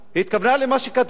התכוונה למה שכתבו,